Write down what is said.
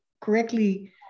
correctly